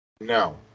No